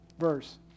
verse